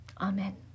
Amen